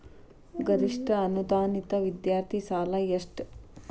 ಗರಿಷ್ಠ ಅನುದಾನಿತ ವಿದ್ಯಾರ್ಥಿ ಸಾಲ ಎಷ್ಟ